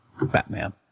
Batman